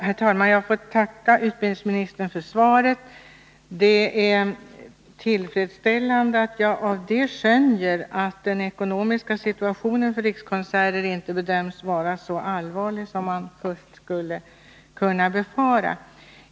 Herr talman! Jag får tacka utbildningsministern för svaret. Det är tillfredsställande att jag av det skönjer att den ekonomiska situationen för Rikskonserter inte bedöms vara så allvarlig som man först skulle kunna befara.